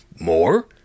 More